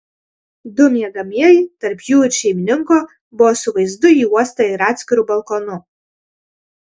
du miegamieji tarp jų ir šeimininko buvo su vaizdu į uostą ir atskiru balkonu